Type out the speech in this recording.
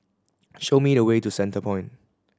show me the way to Centrepoint